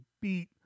beat